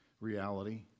reality